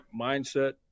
mindset